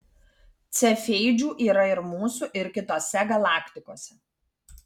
cefeidžių yra ir mūsų ir kitose galaktikose